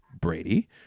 Brady